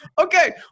okay